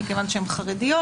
מכיוון שהן חרדיות?